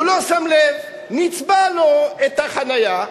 הוא לא שם לב, נצבע לו את החנייה,